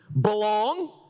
belong